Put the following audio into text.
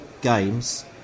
games